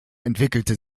entwickelte